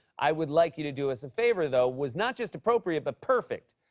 i would like you to do us a favor, though, was not just appropriate, but perfect.